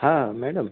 હા મેડમ